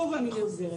שוב אני חוזרת,